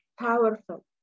powerful